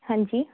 ਹਾਂਜੀ